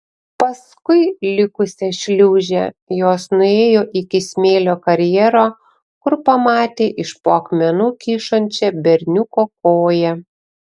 paskui likusią šliūžę jos nuėjo iki smėlio karjero kur pamatė iš po akmenų kyšančią berniuko koją